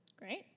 Great